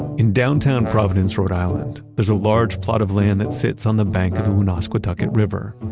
in downtown providence, rhode island, there is a large plot of land that sits on the bank of the woonasquatucket river.